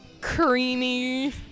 creamy